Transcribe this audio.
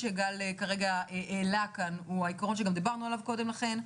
שגל כרגע העלה כאן הוא העיקרון שגם דיברנו עליו קודם לכן.